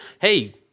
Hey